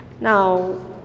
now